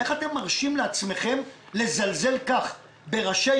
איך אתם מרשים לעצמכם לזלזל כך בראשי